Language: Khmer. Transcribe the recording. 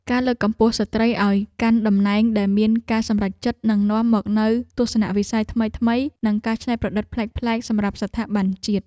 ការលើកកម្ពស់ស្ត្រីឱ្យកាន់តំណែងដែលមានការសម្រេចចិត្តនឹងនាំមកនូវទស្សនវិស័យថ្មីៗ និងការច្នៃប្រឌិតប្លែកៗសម្រាប់ស្ថាប័នជាតិ។